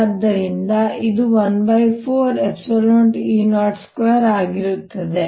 ಆದ್ದರಿಂದ ಇದು 140E02 ಅಗಿರುತ್ತದೆ